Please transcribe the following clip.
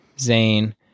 Zane